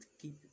keep